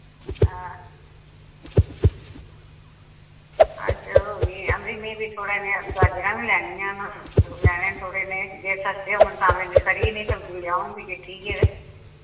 हां हां चलो नि आम्मी में फ्ही थोह्ड़ा नेहा गाजरां बी लैनियां न आलू लैने थोहड़े नेह् जे सस्ते होङन तां बिंद खरी नेही सब्जी लेआङ फ्ही किट्ठी गै ते